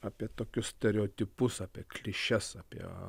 apie tokius stereotipus apie klišes apie